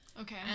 Okay